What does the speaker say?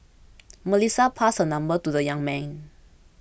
Melissa passed her number to the young man